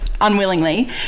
unwillingly